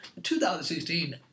2016